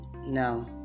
no